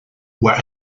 were